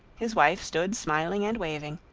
his wife stood smiling and waving,